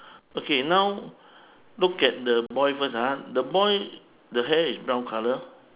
okay now look at the boy first ah the boy the hair is brown colour